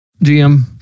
GM